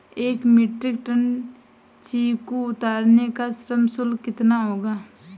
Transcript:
एक metric ton chikoo उतारने का श्रम शुल्क कितना होगा?